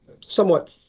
somewhat